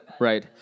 right